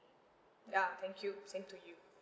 ya thank you same to you